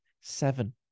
seven